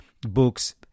books